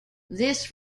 this